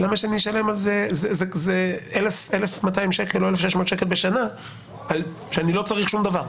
למה שאשלם על זה 1,200 או 1,600 שקל בשנה כשאני לא צריך שום דבר?